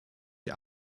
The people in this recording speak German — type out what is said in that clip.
die